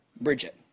Bridget